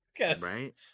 right